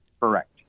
Correct